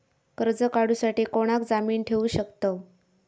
कर्ज काढूसाठी कोणाक जामीन ठेवू शकतव?